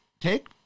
take